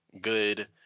good